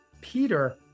Peter